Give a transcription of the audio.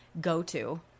go-to